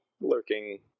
Lurking